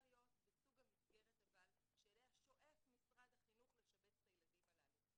להיות בסוג המסגרת שאליה שואף משרד החינוך לשבץ את הילדים הללו.